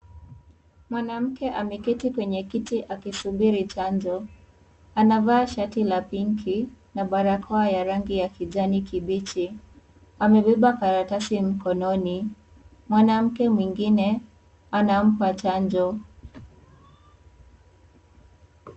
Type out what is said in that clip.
Mwanamke ameketi kwenye kiti akisubiri chanjo. Anavaa shati la pinki na barakoa la rangi ya kijani kibichi. amebeba karatasi mkononi. Mwanamke mwengine anampa chanjo.